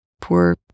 poor